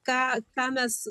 ką ką mes